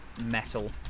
metal